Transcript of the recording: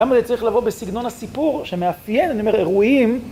גם זה צריך לבוא בסגנון הסיפור, שמאפיין, אני אומר, אירועים.